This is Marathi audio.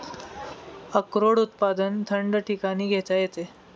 अक्रोड उत्पादन थंड ठिकाणी घेता येते